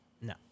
No